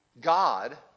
God